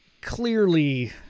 clearly